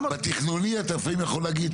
בתכנונים אתה אפילו יכול להגיד,